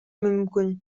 мүмкүн